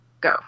go